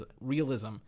realism